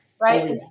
Right